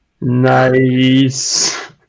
Nice